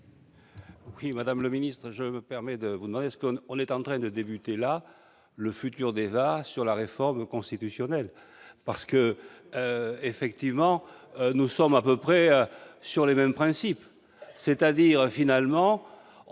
Oui, Madame le Ministre, je me permets de vous demander ce qu'on est en train de débuter la le futur débat sur la réforme constitutionnelle parce que, effectivement, nous sommes à peu près sur les mêmes principes, c'est-à-dire, finalement, on